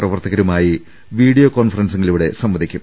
പ്രവർത്തകരുമായി വീഡിയോ കോൺഫറൻസിങിലൂടെ സംവദിക്കും